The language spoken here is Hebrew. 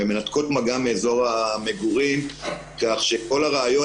הן מנתקות מגע מאזור המגורים כך שכל הרעיון